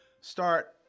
start